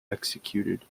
executed